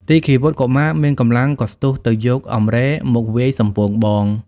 ទីឃាវុត្ត កុមារ មានកម្លាំងក៏ស្ទុះទៅយកអង្រែមកវាយសំពងបង។